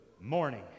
morning